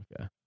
okay